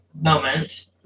moment